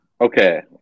Okay